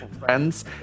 Friends